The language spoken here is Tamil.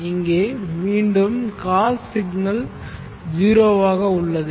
இங்கே மீண்டும் காஸ் சிக்னல் 0 ஆக உள்ளது